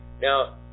Now